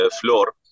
floor